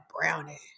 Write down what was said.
brownie